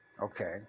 okay